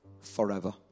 forever